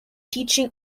teaching